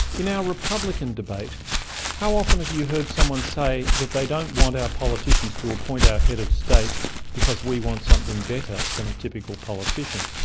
in our republican debate how often have you heard someone say that they don't want our politicians to appoint our head of state because we want something better than a typical politician?